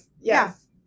Yes